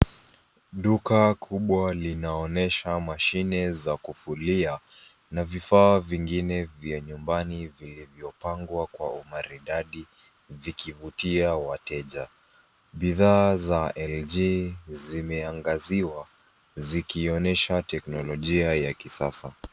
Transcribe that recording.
Duka kubwa linaonyesha mashine za kufulia na vifaa vingine vya nyumbani vilivyopangwa kwa umaridadi vikivutia wateja. Bidhaa za LG zimeangaziwa zikionyesha teknolojia ya kisasa.